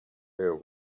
her